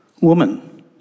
Woman